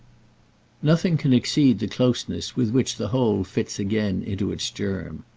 nothing can exceed the closeness with which the whole fits again into its germ.